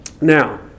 Now